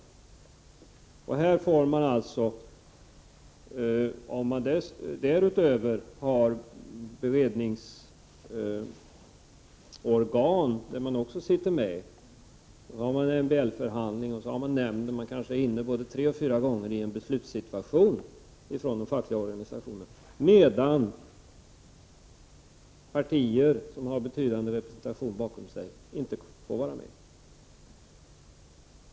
De fackliga företrädarna kan dessutom sitta med i beredningsorgan. Det kan vara fråga om MBL förhandlingar, nämnder, osv. De fackliga företrädarna kan alltså vara med tre fyra gånger i en beslutssituation, medan de politiska partierna, som har betydande representation bakom sig, inte får vara med.